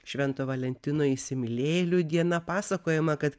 švento valentino įsimylėjėlių diena pasakojama kad